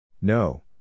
No